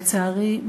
לצערי,